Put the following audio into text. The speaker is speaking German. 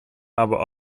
aber